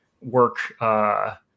work